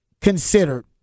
considered